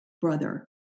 brother